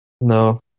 No